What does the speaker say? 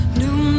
new